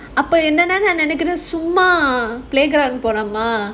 ya அப்போ என்னனா நான் நெனைக்கிறேன் சும்மா:appo ennaanaa naan nenaikkiraen summa playground போலாமா:polaamaa